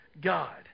God